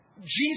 Jesus